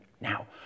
Now